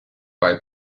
bei